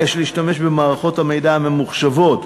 יש להשתמש במערכות המידע הממוחשבות.